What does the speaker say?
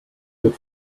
had